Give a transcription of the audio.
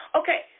okay